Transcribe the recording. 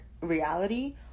reality